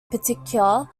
particular